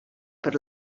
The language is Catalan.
per